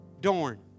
Dorn